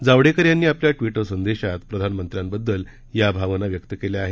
जावडेकर यांनी आपल्या ट्विटर संदेशात प्रधानमंत्र्यांबद्दल या भावना व्यक्त केल्या आहेत